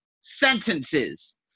sentences